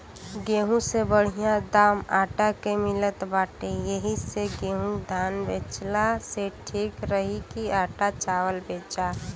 गेंहू से बढ़िया दाम आटा के मिलत बाटे एही से गेंहू धान बेचला से ठीक रही की आटा चावल बेचा